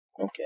Okay